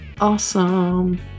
awesome